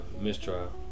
mistrial